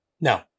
No